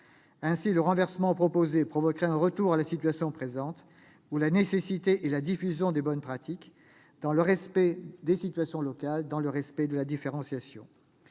Ainsi, le renversement proposé provoquerait un retour à la situation présente, où la nécessité est la diffusion des bonnes pratiques, dans le respect des situations locales et de la différenciation.